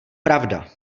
pravda